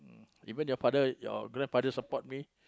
even your father your grandfather support me